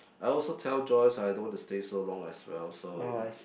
I also tell Joyce I don't want to stay so long as well so